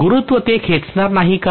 गुरुत्व ते खेचणार नाही का